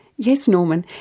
yes norman,